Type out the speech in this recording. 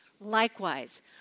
Likewise